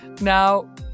Now